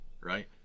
Right